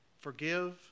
Forgive